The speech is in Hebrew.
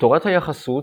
בתורת היחסות,